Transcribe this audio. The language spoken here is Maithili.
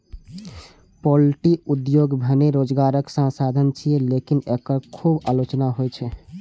पॉल्ट्री उद्योग भने रोजगारक साधन छियै, लेकिन एकर खूब आलोचना होइ छै